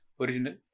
original